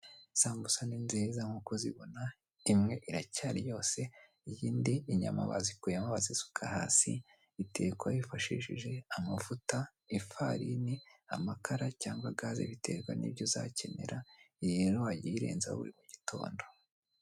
Isambusa ni nziza nkuko uzibona imwe aracyari yose iyindi inyama bazikuyemo bazisuka hasi itekwa hifashishije amavuta, ifarini, amakara cyangwa gaze biterwa nibyo uzakenera iyi rero wajya uyirenzaho buri mu gitondo.